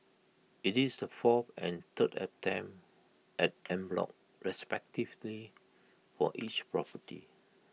IT is the fourth and third attempt at en bloc respectively for each property